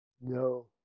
No